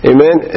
Amen